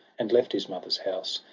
and left his mother's house,